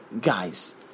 Guys